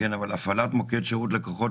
אבל הפעלת מוקד שירות לקוחות,